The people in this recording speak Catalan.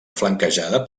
flanquejada